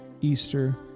Easter